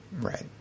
Right